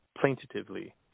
plaintively